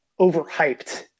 overhyped